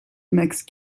make